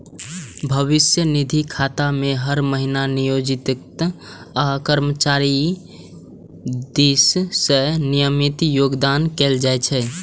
भविष्य निधि खाता मे हर महीना नियोक्ता आ कर्मचारी दिस सं नियमित योगदान कैल जाइ छै